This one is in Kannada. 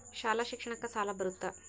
ಶಾಲಾ ಶಿಕ್ಷಣಕ್ಕ ಸಾಲ ಬರುತ್ತಾ?